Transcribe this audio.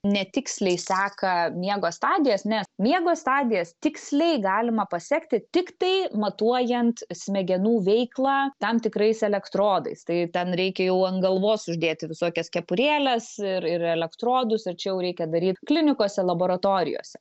netiksliai seka miego stadijas nes miego stadijas tiksliai galima pasekti tiktai matuojant smegenų veiklą tam tikrais elektrodais tai ten reikia jau ant galvos uždėti visokias kepurėles ir ir elektrodus ir čia jau reikia daryt klinikose laboratorijose